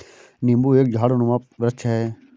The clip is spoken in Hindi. नींबू एक झाड़नुमा वृक्ष है